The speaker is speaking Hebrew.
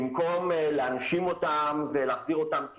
במקום להנשים אותם ולהחזיר אותם,